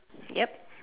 yup